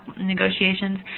negotiations